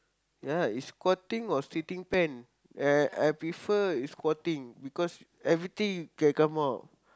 yea it's squatting or sitting pen uh I prefer is squatting because everything can come out